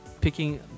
picking